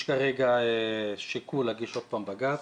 יש כרגע שיקול להגיש עוד פעם בג"צ,